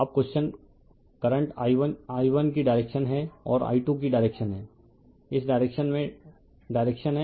अब question current i1 की direction है और i2 की डायरेक्शन है रिफर टाइम 0823 इस डायरेक्शन में डायरेक्शन हैं